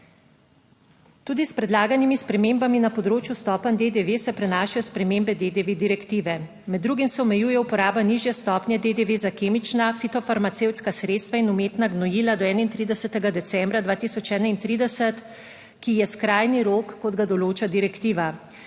Tudi s predlaganimi spremembami na področju stopenj DDV se prenašajo spremembe DDV direktive. Med drugim se omejuje uporaba nižje stopnje DDV za kemična fitofarmacevtska sredstva in umetna gnojila do 31. decembra 2031, ki je skrajni rok kot ga določa direktiva.